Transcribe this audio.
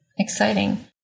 Exciting